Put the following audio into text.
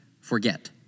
forget